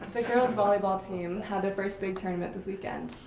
the girls' volleyball team had their first big tournament this weekend.